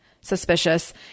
suspicious